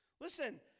Listen